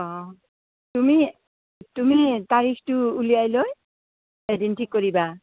অ তুমি তুমি তাৰিখটো ওলিয়াই লৈ এদিন ঠিক কৰিবা